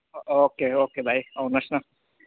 okay okay भाइ आउनुहोस् न